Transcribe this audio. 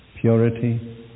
Purity